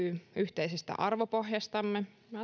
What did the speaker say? yhteisestä arvopohjastamme